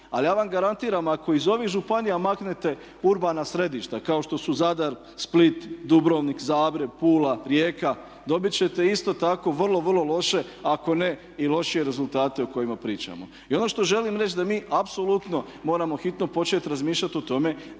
Ali ja vam garantiram ako iz ovih županija maknete urbana središta kao što su Zadar, Split, Dubrovnik, Zagreb, Pula, Rijeka dobit ćete isto tako vrlo, vrlo loše ako ne i lošije rezultate o kojima pričamo. I ono što želim reći da mi apsolutno moramo hitno početi razmišljati o tome